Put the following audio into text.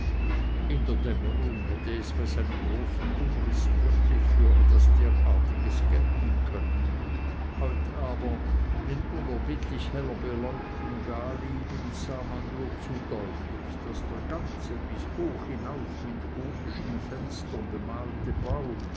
in der dämmerung hätt es bei seinen großen umrissen wirklich für etwas derartiges gelten können heut aber in unerbittlich heller beleuchtung daliegend sah man nur zu deutlich daß der ganze bis hoch hinauf mit gotischen fenstern bemalte bau